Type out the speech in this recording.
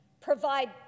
provide